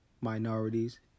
minorities